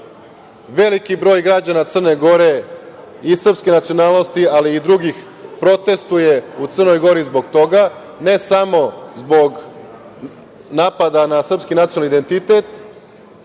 velili broj građana Crne Gore i srpske nacionalnosti ali i drugih protestuje u Crnoj Gori zbog toga, ne samo zbog napada na srpski nacionalni identitet